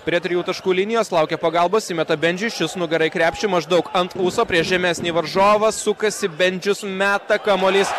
prie trijų taškų linijos laukia pagalbos įmeta bendžius šis nugara į krepšį maždaug ant ūso prieš žemesnį varžovą sukasi bendžius meta kamuolys